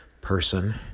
person